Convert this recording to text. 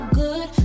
good